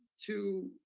two